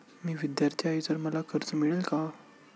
मी विद्यार्थी आहे तर मला कर्ज मिळेल का?